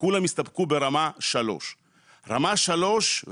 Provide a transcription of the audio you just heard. כולם יסתפקו ברמה 3. רמה 3,